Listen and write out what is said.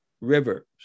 River